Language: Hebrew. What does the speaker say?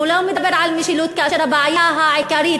אולי הוא מדבר על משילות כאשר הבעיה העיקרית